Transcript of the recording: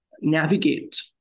navigate